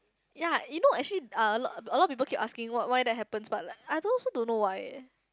ya you know actually uh a lot a lot people keep asking what why that happens but like I also don't know why eh